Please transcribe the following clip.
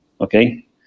okay